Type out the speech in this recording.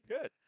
Good